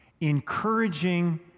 encouraging